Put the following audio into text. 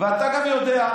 ואתה גם יודע,